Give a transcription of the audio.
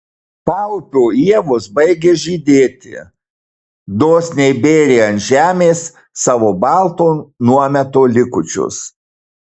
paupio ievos baigė žydėti dosniai bėrė ant žemės savo balto nuometo likučius